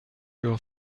your